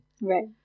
right